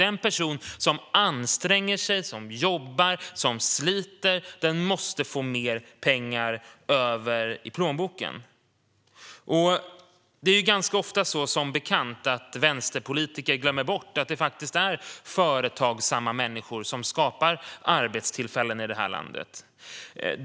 Den person som anstränger sig och jobbar och sliter måste få mer pengar över i plånboken. Det är som bekant ganska ofta så att vänsterpolitiker glömmer bort att det är företagsamma människor som skapar arbetstillfällen i det här landet.